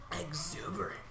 exuberant